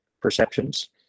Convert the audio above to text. perceptions